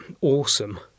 awesome